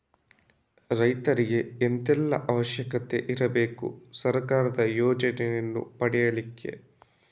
ರೈತರಿಗೆ ಎಂತ ಎಲ್ಲಾ ಅವಶ್ಯಕತೆ ಇರ್ಬೇಕು ಸರ್ಕಾರದ ಯೋಜನೆಯನ್ನು ಪಡೆಲಿಕ್ಕೆ?